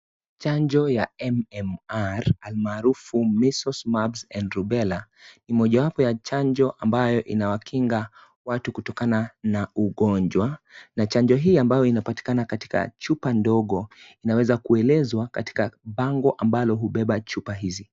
Chanjo ya MMR almarufu Measles, Mumps and Rubella[ cs] ni mojawapo ya chanjo ambayo inawakinga watu kutokana na ugonjwa. Chanjo hii ambayo inapatikana katika chupa ndogo inaweza kuelezwa katika bango ambalo hubeba chupa hizi.